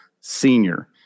senior